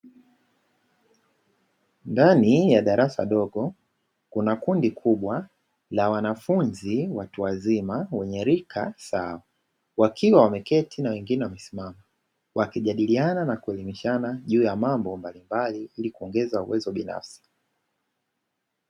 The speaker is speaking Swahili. Ndani ya darasa dogo Kuna kundi kubwa la wanafunzi watu wazima wenye rika sawa, wakiwa wameketi na wengine wamesimama. Wakijadiliana na kuelimishana juu ya mambo mbalimbali ili kuweza kuongeza uwezo binafsi.